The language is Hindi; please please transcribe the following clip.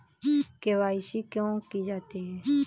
के.वाई.सी क्यों की जाती है?